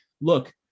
look